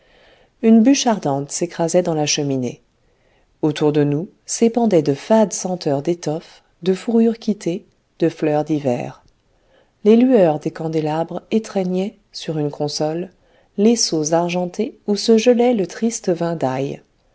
une bûche ardente s'écrasait dans la cheminée autour de nous s'épandaient de fades senteurs d'étoffes de fourrures quittées de fleurs d'hiver les lueurs des candélabres étreignaient sur une console les seaux argentés où se gelait le triste vin d'aï